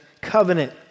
covenant